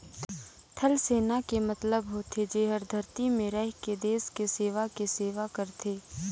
थलसेना के मतलब होथे जेहर धरती में रहिके देस के सेवा के सेवा करथे